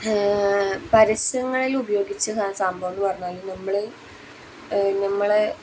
പരസ്യങ്ങളിൽ ഉപയോഗിച്ച സംഭവം എന്ന് പറഞ്ഞാൽ നമ്മൾ നമ്മളെ